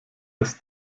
das